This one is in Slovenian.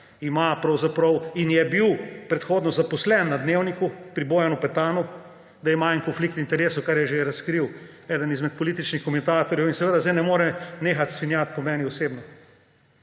in je bil predhodno zaposlen na Dnevniku pri Bojanu Petanu, da ima en konflikt interesov, kar je že razkril eden izmed političnih komentatorjev, in seveda sedaj ne more nehati svinjati po meni osebno.